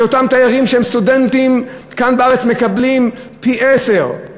אותם תיירים שהם סטודנטים כאן בארץ מקבלים פי-עשרה,